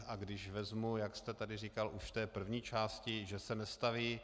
A když vezmu, jak jste tady říkal už v té první části, že se nestaví...